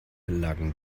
lagen